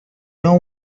know